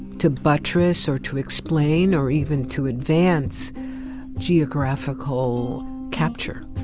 to buttress or to explain or even to advance geographical capture.